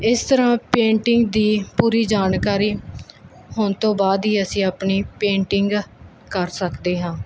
ਇਸ ਤਰ੍ਹਾਂ ਪੇਂਟਿੰਗ ਦੀ ਪੂਰੀ ਜਾਣਕਾਰੀ ਹੋਣ ਤੋਂ ਬਾਅਦ ਹੀ ਅਸੀਂ ਆਪਣੀ ਪੇਂਟਿੰਗ ਕਰ ਸਕਦੇ ਹਾਂ